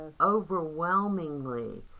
overwhelmingly